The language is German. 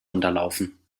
unterlaufen